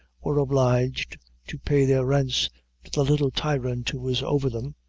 were obliged to pay their rents to the little tyrant who was over them,